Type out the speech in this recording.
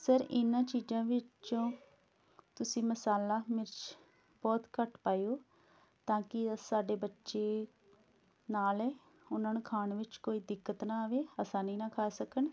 sir ਇਹਨਾਂ ਚੀਜ਼ਾਂ ਵਿੱਚੋਂ ਤੁਸੀਂ ਮਸਾਲਾ ਮਿਰਚ ਬਹੁਤ ਘੱਟ ਪਾਇਓ ਤਾਂ ਕਿ ਸਾਡੇ ਬੱਚੇ ਨਾਲ਼ ਹੈ ਉਹਨਾਂ ਨੂੰ ਖਾਣ ਵਿੱਚ ਕੋਈ ਦਿੱਕਤ ਨਾ ਆਵੇ ਅਸਾਨੀ ਨਾਲ਼ ਖਾ ਸਕਣ